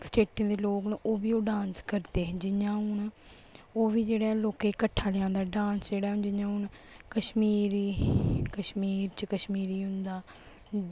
स्टेटें दे लोग न ओह् बी ओह् डांस करदे हे जियां हून ओह् बी जेहड़े लोके कट्ठा लेआंदा ऐ डांस जेह्ड़ा जियां हून कश्मीरी कश्मीर च कश्मीरी होंदा